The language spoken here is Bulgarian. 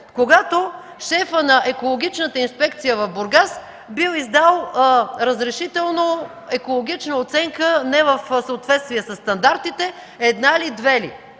когато шефът на Екологичната инспекция в Бургас бил издал разрешително, екологична оценка не в съответствие със стандартите – една ли, две ли.